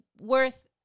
worth